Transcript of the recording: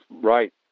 Right